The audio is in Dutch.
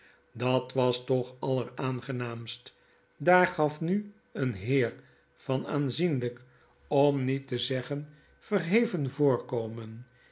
dat was toch alleraangenaamst daargafnu een heer van aanzienlyk om niet te zeggen verheven